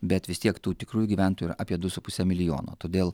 bet vis tiek tų tikrųjų gyventojų yra apie du su puse milijono todėl